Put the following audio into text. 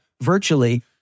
virtually